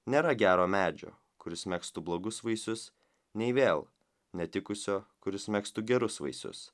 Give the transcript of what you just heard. nėra gero medžio kuris megztų blogus vaisius nei vėl netikusio kuris megztų gerus vaisius